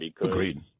Agreed